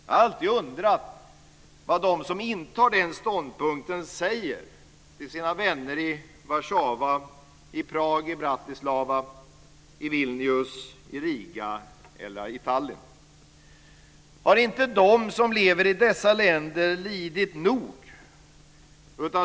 Jag har alltid undrat vad de som intar den ståndpunkten säger till sina vänner i Warszawa, Prag, Bratislava, Vilnius, Riga eller Tallinn. Har inte de som lever i dessa länder lidit nog?